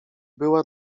była